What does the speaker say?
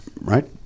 Right